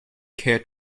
care